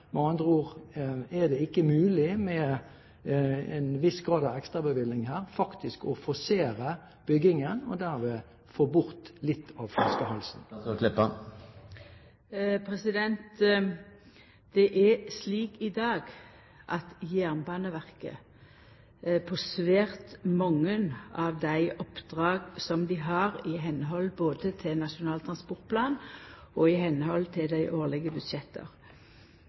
Med andre ord: Er det ikke mulig, med en viss grad av ekstrabevilgning her, faktisk å forsere byggingen, og derved få bort litt av flaskehalsen? Det er slik i dag at Jernbaneverket i svært mange av dei oppdraga dei har, både i samsvar med Nasjonal transportplan og i dei årlege budsjetta,